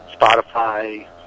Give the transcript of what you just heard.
Spotify